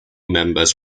members